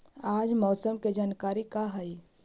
आज मौसम के जानकारी का हई?